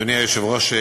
אדוני היושב-ראש,